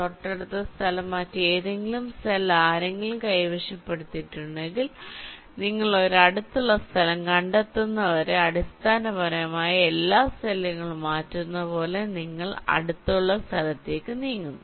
തൊട്ടടുത്തുള്ള സ്ഥലം മറ്റേതെങ്കിലും സെൽ ആർ കൈവശപ്പെടുത്തിയിട്ടുണ്ടെങ്കിൽ നിങ്ങൾ ഒരു അടുത്തുള്ള സ്ഥലം കണ്ടെത്തുന്നതുവരെ അടിസ്ഥാനപരമായി എല്ലാ സെല്ലുകളും മാറ്റുന്നതുപോലെ നിങ്ങൾ അടുത്തുള്ള സ്ഥലത്തേക്ക് നീങ്ങുന്നു